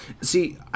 See